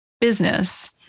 business